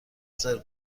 سرو